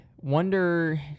wonder